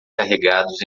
carregados